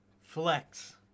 Flex